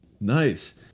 Nice